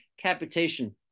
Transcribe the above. capitation